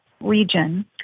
region